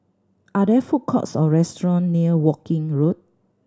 are there food courts or restaurant near Woking Road